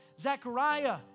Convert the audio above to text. Zechariah